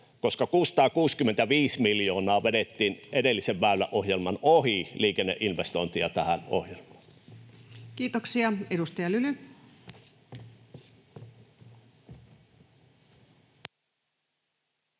koska 665 miljoonaa vedettiin edellisen väyläohjelman ohi liikenneinvestointeja tähän ohjelmaan. Kiitoksia. — Edustaja Lyly.